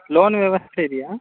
loan ವ್ಯವಸ್ಥೆ ಇದೆಯಾ